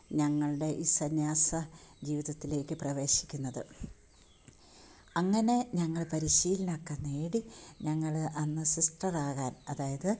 ഞങ്ങളുടെ ഈ സന്യാസ ജീവിതത്തിലേക്ക് പ്രവേശിക്കുന്നത് അങ്ങനെ ഞങ്ങൾ പരിശീലനമൊക്കെ നേടി ഞങ്ങൾ അന്ന് സിസ്റ്ററാകാൻ അതായത്